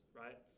right